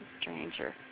stranger